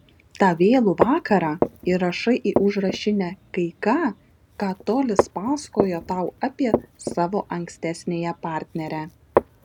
tą vėlų vakarą įrašai į užrašinę kai ką ką tolis pasakojo tau apie savo ankstesniąją partnerę